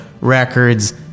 Records